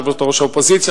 יושבת-ראש האופוזיציה,